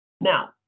Now